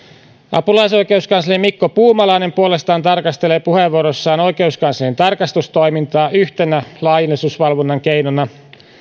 apulaisoikeuskansleri mikko puumalainen puolestaan tarkastelee puheenvuorossaan oikeuskanslerin tarkastustoimintaa yhtenä laillisuusvalvonnan keinona